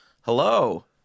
Hello